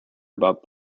about